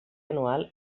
anual